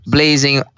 Blazing